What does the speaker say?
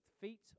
feet